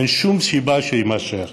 אין שום סיבה שזה יימשך.